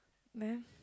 then